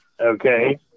Okay